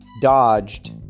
dodged